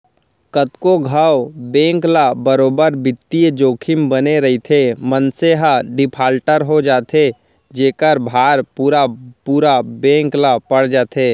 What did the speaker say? कतको घांव बेंक ल बरोबर बित्तीय जोखिम बने रइथे, मनसे ह डिफाल्टर हो जाथे जेखर भार पुरा पुरा बेंक ल पड़ जाथे